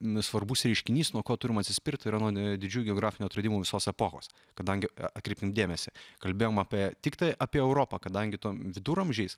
nesvarbus reiškinys nuo ko turime atsispirt tai yra nuo didžiųjų geografinių atradimų visos epochos kadangi atkreipėm dėmesį kalbėjom apie tiktai apie europą kadangi tuom viduramžiais